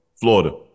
Florida